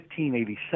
1587